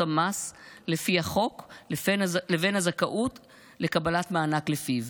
המס לפי החוק לבין הזכאות לקבלת מענק לפיו.